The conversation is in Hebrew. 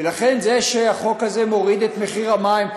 ולכן זה שהחוק הזה מוריד את מחיר המים,